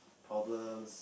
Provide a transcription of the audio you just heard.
problems